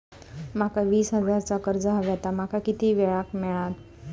माका वीस हजार चा कर्ज हव्या ता माका किती वेळा क मिळात?